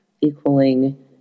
equaling